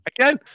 Again